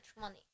money